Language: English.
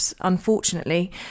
unfortunately